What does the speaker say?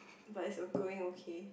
but is uh going okay